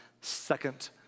second